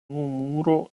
mūro